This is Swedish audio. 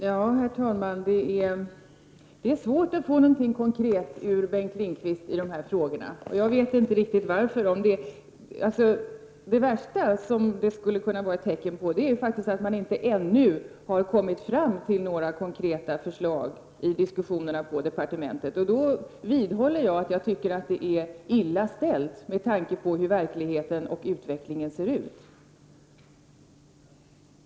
Herr talman! Det är svårt att få någonting konkret ur Bengt Lindqvist i de här frågorna. Jag vet inte riktigt varför. I värsta fall är det ett tecken på att man i diskussionerna på departementet inte ännu har kommit fram till några konkreta förslag. Jag vidhåller att det i så fall är illa ställt, detta med tanke på hur verkligheten och utvecklingen ser ut.